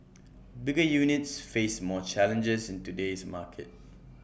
bigger units face more challenges in today's market